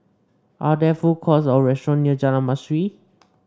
are there food courts or restaurant near Jalan Mastuli